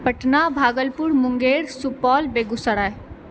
Patna Bhagalpur Munger Supaul Begusarai